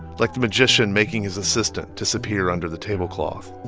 like the magician making his assistant disappear under the table cloth.